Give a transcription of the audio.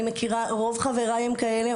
רוב או כל חבריי הם כאלה,